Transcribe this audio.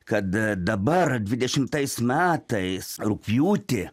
kad dabar dvidešimtais metais rugpjūtį